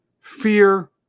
fear